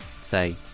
say